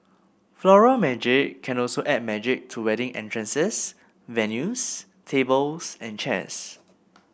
Floral Magic can also add magic to wedding entrances venues tables and chairs